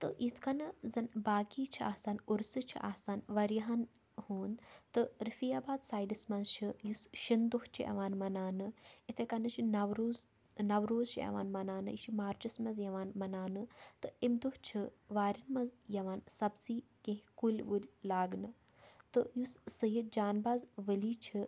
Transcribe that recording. تہٕ یِتھ کَنۍ زَن باقٕے چھِ آسان عُرسہٕ چھِ آسان واریاہَن ہُنٛد تہٕ رفیع آباد سایڈَس منٛز چھُ یُس شِنہٕ دۄہ چھُ یِوان مَناونہٕ یِتھَے کٔنۍ چھُ نَوروز تہٕ نَوروز چھُ یِوان مَناونہٕ یہِ چھُ مارچَس منٛز یِوان مَناونہٕ تہٕ اَمہِ دۄہ چھِ واریٚن منٛز یِوان سَبزی کیٚنٛہہ کُلۍ وُلۍ لاگنہٕ تہٕ یُس سٔیِد جانباز ؤلی چھُ